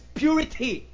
purity